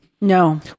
No